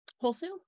wholesale